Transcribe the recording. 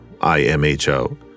I-M-H-O